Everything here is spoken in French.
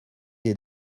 des